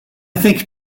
think